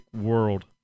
world